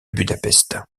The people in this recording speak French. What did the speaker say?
budapest